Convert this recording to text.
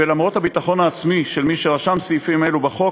ולמרות הביטחון העצמי של מי שרשם סעיפים אלו בחוק,